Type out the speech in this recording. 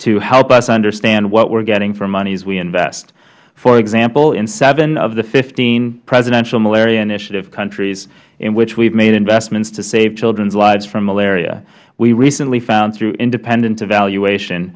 to help us understand what we are getting for monies we invest for example in seven of the fifteen presidential malaria initiative countries in which we have made investments to save children's lives from malaria we recently found through independent evaluation